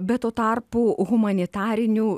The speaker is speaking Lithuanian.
bet tuo tarpu humanitarinių